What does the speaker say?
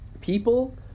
people –